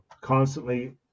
constantly